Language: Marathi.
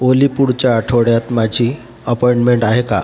ओली पुढच्या आठवड्यात माझी अपॉइंटमेंट आहे का